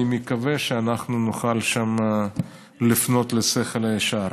ואני מקווה שאנחנו נוכל שם לפנות לשכל הישר.